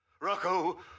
Rocco